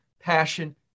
passion